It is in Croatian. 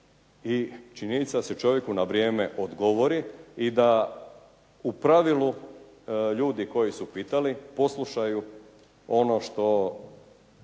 i činjenica je da se čovjeku na vrijeme odgovori i da u pravilu ljudi koji su pitali poslušaju ono što